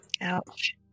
Ouch